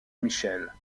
michelle